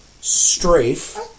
Strafe